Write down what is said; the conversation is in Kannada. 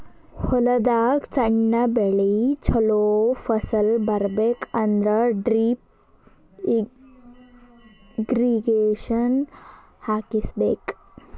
ಹೊಲದಾಗ್ ಸಣ್ಣ ಬೆಳಿ ಚೊಲೋ ಫಸಲ್ ಬರಬೇಕ್ ಅಂದ್ರ ಡ್ರಿಪ್ ಇರ್ರೀಗೇಷನ್ ಹಾಕಿಸ್ಬೇಕ್